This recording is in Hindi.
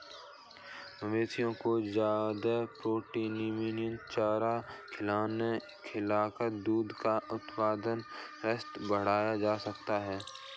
मवेशियों को ज्यादा प्रोटीनयुक्त चारा खिलाकर दूध का उत्पादन स्तर बढ़ाया जा सकता है